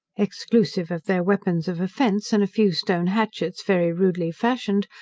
exclusive of their weapons of offence, and a few stone hatchets very rudely fashioned,